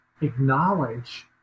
acknowledge